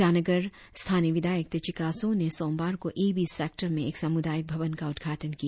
ईटानगर स्थानीय विधायक तेची कासो ने सोमवार को ए बी सेक्टर में एक सामुदायिक भवन का उद्घाटन किया